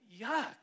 Yuck